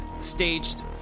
staged